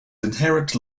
inherent